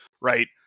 right